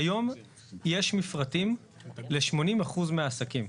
כיום יש מפרטים ל-80% מהעסקים.